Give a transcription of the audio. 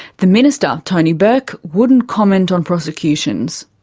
the minister, tony burke, wouldn't comment on prosecutions.